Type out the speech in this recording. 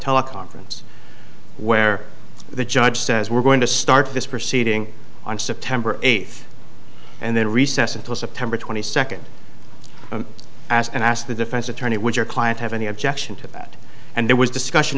teleconference where the judge says we're going to start this proceeding on september eighth and then recess until september twenty second ask and ask the defense attorney would your client have any objection to that and there was discussion